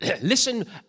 Listen